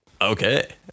Okay